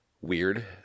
weird